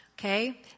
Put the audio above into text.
Okay